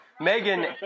Megan